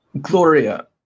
Gloria